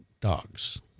Dogs